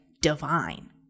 divine